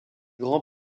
grands